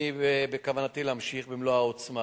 בכוונתי להמשיך במלוא העוצמה,